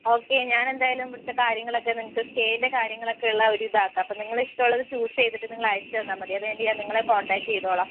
okay ഞാനെന്തായാലും ഇവിടുത്തെ കാര്യങ്ങളൊക്കെ നിങ്ങൾക്ക് സ്റ്റേയിൻ്റെ കാര്യങ്ങളൊക്കെ ഉള്ള ഒരു ഇതാക്കാം അപ്പോൾ നിങ്ങളിഷ്ടമുള്ളത് ചൂസ് ചെയ്തിട്ട് നിങ്ങൾ അയച്ചു തന്നാൽമതി അതുകഴിഞ്ഞിട്ട് ഞാൻ നിങ്ങളെ കോൺടാക്ട് ചെയ്തോളാം